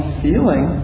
feeling